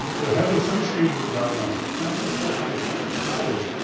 there have been some changes in diagnostic practice, that might account for some of this.